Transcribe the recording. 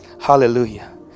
hallelujah